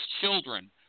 children